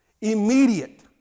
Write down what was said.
Immediate